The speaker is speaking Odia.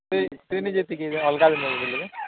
ତୁଇ ତୁ ନିଜେ ଏତିକି ଅଲଗା ଦିନେ ଯାଇ ଥିଲୁ